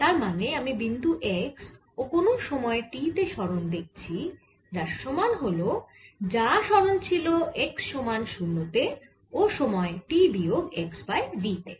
তার মানে আমি বিন্দু x ও কোন সময় t তে সরণ দেখছি তার সমান হল যা সরন ছিল x সমান 0 তে ও সময় t বিয়োগ x বাই v তে